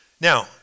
Now